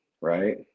right